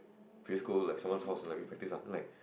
pre school like someone's house and we practise [la] and like